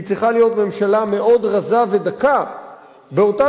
היא צריכה להיות ממשלה מאוד רזה ודקה באותם